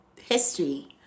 history